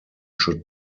should